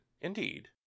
Indeed